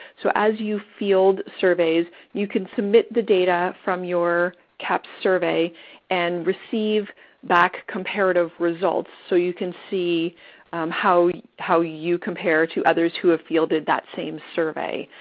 so, as you field surveys, you can submit the data from your cahps survey and receive back comparative results so you can see how how you compare to others who have fielded that same survey.